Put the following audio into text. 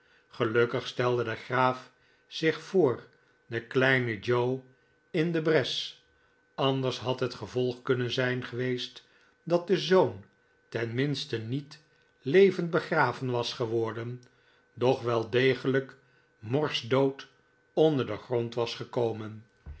gelukkig stelde de graaf zich voor den kleinen joe in de bres anders had het gevolg kunnen zijn geweest datde zoon ten minste niet levend begraven was geworden doch wel degelijk morsdood onder den grond was gekomen